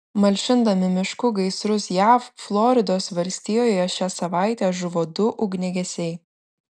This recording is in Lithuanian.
malšindami miškų gaisrus jav floridos valstijoje šią savaitę žuvo du ugniagesiai